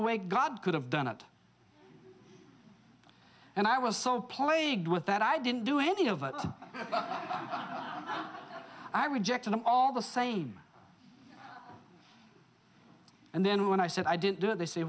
way god could have done it and i was so plagued with that i didn't do any of it i rejected him all the same and then when i said i didn't do it they say